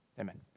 Amen